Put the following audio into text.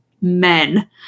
men